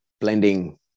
blending